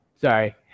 sorry